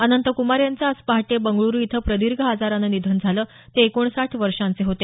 अनंत कुमार यांचं आज पहाटे बंगळुरू इथं प्रदीर्घ आजारानं निधन झालं ते एकोणसाठ वर्षांचे होते